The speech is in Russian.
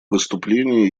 выступлении